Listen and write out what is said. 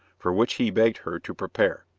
for which he begged her to prepare.